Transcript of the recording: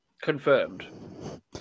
Confirmed